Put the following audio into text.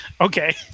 Okay